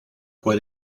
fue